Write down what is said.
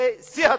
זה שיא הצביעות.